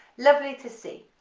lovely to see.